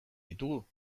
ditugu